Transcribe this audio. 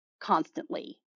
constantly